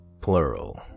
plural